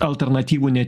alternatyvų ne